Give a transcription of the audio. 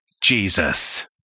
Jesus